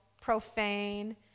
profane